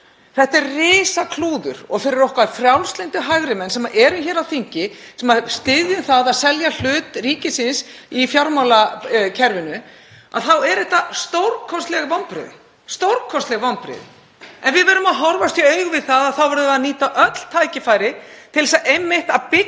Þetta er risa klúður og fyrir okkar frjálslyndu hægri menn sem eru hér á þingi, sem styðja það að selja hlut ríkisins í fjármálakerfinu, eru þetta stórkostleg vonbrigði. En við verðum að horfast í augu við það að þá verðum við að nýta öll tækifæri til þess einmitt að byggja